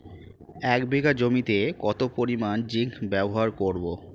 এক বিঘা জমিতে কত পরিমান জিংক ব্যবহার করব?